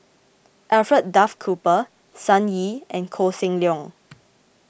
Alfred Duff Cooper Sun Yee and Koh Seng Leong